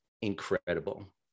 Incredible